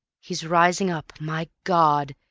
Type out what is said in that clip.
he's rising up. my god!